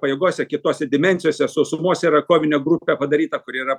pajėgose kitose dimensijose sausumos yra kovinė grupė padaryta kuri yra